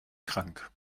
krank